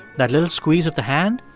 that little squeeze of the hand.